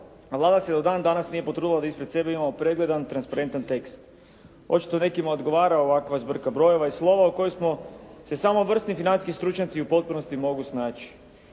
Vlada se do dan danas nije potrudila da ispred sebe imamo pregledan, transparentan tekst. Očito nekima odgovara ovakva zbrka brojeva i slova u kojem se samo vrsni financijski stručnjaci u potpunosti mogu snaći.